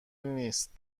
نیست